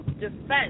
defense